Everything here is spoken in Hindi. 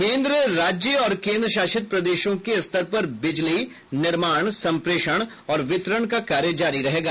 केंद्र राज्य और केंद्र शासित प्रदेशों के स्तर पर बिजली निर्माण संप्रेषण और वितरण का कार्य जारी रहेगा